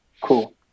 cool